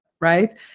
right